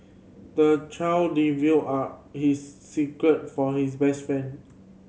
the child divulged are his secrets for his best friend